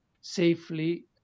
safely